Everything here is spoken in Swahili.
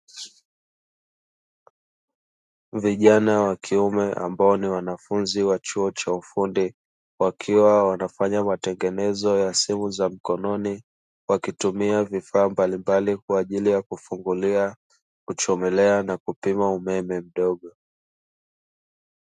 Vijana wa kiume ambao ni wanafunzi wa chuo cha ufundi wakiwa wanafanya matengenezo ya simu za mkononi wakitumia vifaa mbalimbali kwa ajili ya: kufungulia, kuchomelea na kupima umeme mdogo.